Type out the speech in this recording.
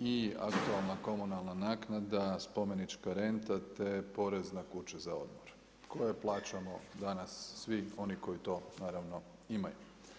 i aktualna komunalna naknada, spomenička renta, te porez na kuće za odmor, koje plaćamo danas, svi oni koji to naravno imaju.